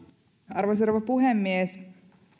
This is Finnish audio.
arvoisa rouva puhemies